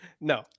No